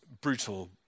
brutal